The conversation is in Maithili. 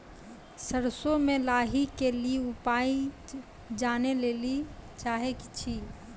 सरसों मे लाही के ली उपाय जाने लैली चाहे छी?